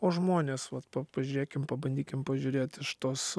o žmonės vat pa pažiūrėkim pabandykim pažiūrėt iš tos